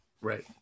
Right